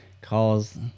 Calls